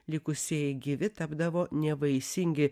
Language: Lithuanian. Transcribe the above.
likusieji gyvi tapdavo nevaisingi